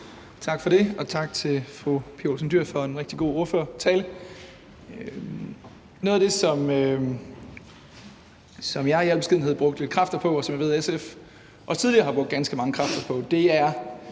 Tak for det, og tak til fru Pia Olsen Dyhr for en rigtig god ordførertale. Noget af det, som jeg i al beskedenhed brugte lidt kræfter på, og som jeg ved SF også tidligere har brugt ganske mange kræfter på, er